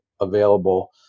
available